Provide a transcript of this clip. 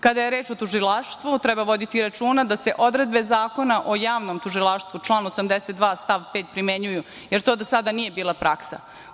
Kada je reč o tužilaštvu treba voditi računa da se odredbe Zakona o javnom tužilaštvu član 82. stav 5. primenjuju, jer to do sada nije bila praksa.